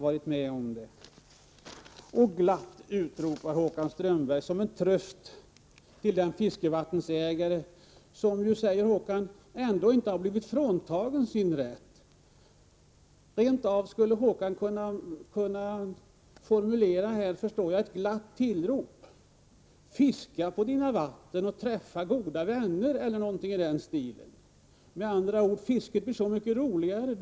Jag kan tänka mig att Håkan Strömberg som en tröst till den fiskevattensägare som enligt Håkan Strömberg ändå inte har blivit fråntagen sin rätt rentav skulle kunna formulera följande glada tillrop, eller åtminstone något i den stilen: Fiska på ditt vatten och träffa goda vänner! Eller med andra ord: Fisket blir så mycket roligare nu.